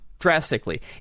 Drastically